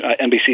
NBC